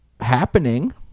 happening